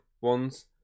ones